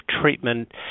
treatment